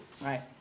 right